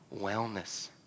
wellness